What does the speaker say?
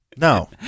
no